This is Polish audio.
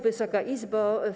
Wysoka Izbo!